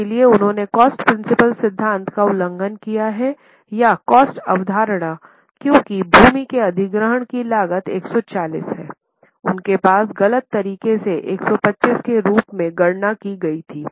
इसलिए उन्होंने cost principle सिद्धांत का उल्लंघन किया है या कॉस्ट अवधारणा क्योंकि भूमि के अधिग्रहण की लागत 140 है उनके पास गलत तरीके से 125 के रूप में गणना की गई थी